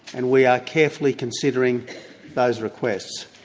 and we are carefully considering those requests.